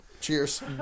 Cheers